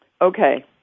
Okay